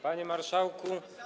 Panie Marszałku!